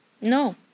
No